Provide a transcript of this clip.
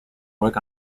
work